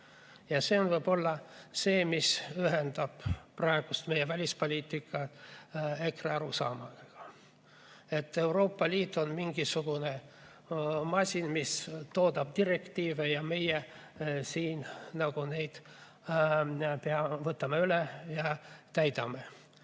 Ja see on võib-olla see, mis ühendab praegu meie välispoliitika EKRE arusaamadega, et Euroopa Liit on mingisugune masin, mis toodab direktiive, ja meie siin võtame neid üle ja täidame.